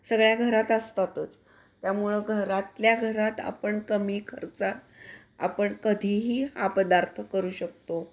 सगळ्या घरात असतातच त्यामुळं घरातल्या घरात आपण कमी खर्चात आपण कधीही हा पदार्थ करू शकतो